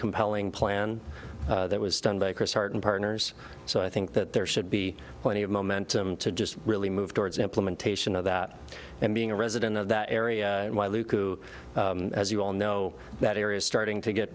compelling plan that was done by chris darden partners so i think that there should be plenty of momentum to just really move towards implementation of that and being a resident of that area and why lou as you all know that area is starting to get